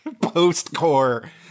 post-core